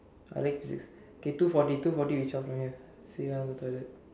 I like physics okay two forty two forty we zhao from here say lah want to go toilet